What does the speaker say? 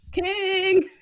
king